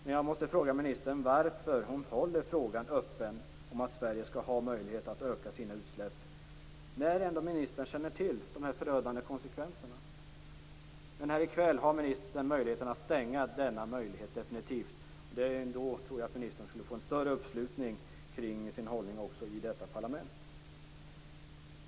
Men jag måste fråga ministern varför hon håller frågan öppen om att Sverige skall ha möjlighet att öka sina utsläpp, när ministern ändå känner till de förödande konsekvenserna. Här i kväll kan ministern stänga denna möjlighet definitivt, och jag tror att ministern då skulle få en större uppslutning kring sin hållning också i detta parlament.